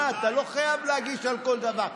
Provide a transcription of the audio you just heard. אתה לא חייב להגיב על כל דבר.